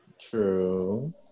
true